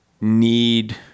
need